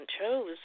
chose